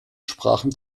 sprachen